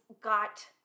got